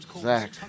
Zach